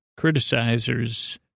criticizers